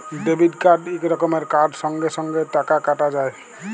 debit card ইক রকমের card সঙ্গে সঙ্গে টাকা কাটা যায়